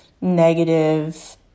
negative